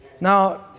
Now